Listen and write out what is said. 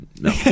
No